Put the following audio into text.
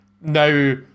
now